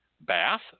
bath